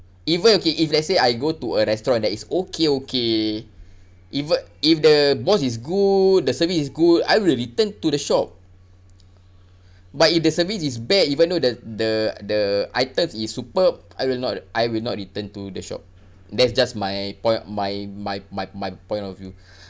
even okay if let's say I go to a restaurant that is okay okay even if the boss is good the service is good I will return to the shop but if the service is bad even though the the the items is superb I will not I will not return to the shop that's just my poi~ my my my my point of view